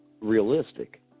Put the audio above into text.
realistic